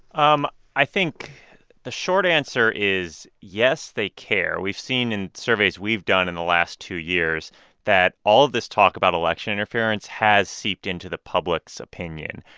um i think the short answer is yes, they care. we've seen in surveys we've done in the last two years that all this talk about election interference has seeped into the public's opinion.